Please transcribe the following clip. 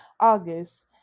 august